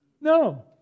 No